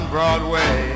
Broadway